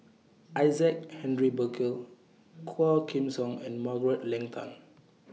Isaac Henry Burkill Quah Kim Song and Margaret Leng Tan